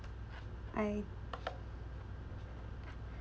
I